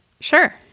Sure